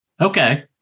Okay